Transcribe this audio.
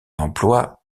emploi